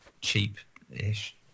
cheap-ish